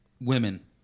women